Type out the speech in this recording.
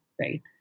Right